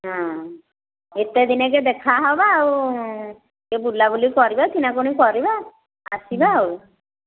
ହଁ ଏତେ ଦିନକେ ଦେଖାହେବ ଆଉ ଟିକେ ବୁଲାବୁଲି କରିବା କିଣାକିଣି କରିବା ଆସିବା ଆଉ